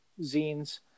Zine's